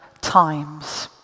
times